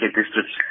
district